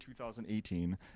2018